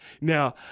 now